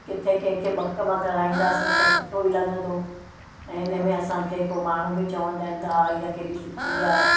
किथे कंहिंखे ॿ कम कराईंदासीं त सुठो ई लॻंदो ऐं हिन में असांखे पोइ माण्हू बि चवंदा आहिनि त हा इहा केॾी सुठी आहे